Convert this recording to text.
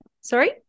Sorry